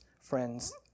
friends